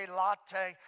latte